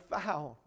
found